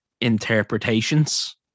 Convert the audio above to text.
interpretations